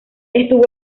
estuvo